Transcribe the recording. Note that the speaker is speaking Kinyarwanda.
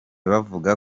bavuga